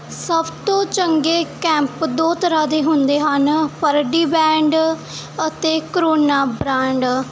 ਸਭ ਤੋਂ ਚੰਗੇ ਕੈਂਪ ਦੋ ਤਰ੍ਹਾਂ ਦੇ ਹੁੰਦੇ ਹਨ ਪਰਡੀ ਬੈਂਡ ਅਤੇ ਕਰੋਨਾ ਬ੍ਰਾਂਡ